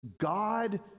God